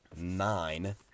nine